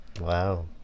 Wow